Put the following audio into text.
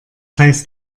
heißt